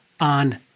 on